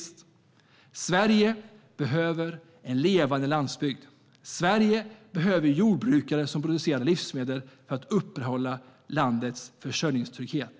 Sverige behöver en levande landsbygd. Sverige behöver jordbrukare som producerar livsmedel för att upprätthålla landets försörjningstrygghet.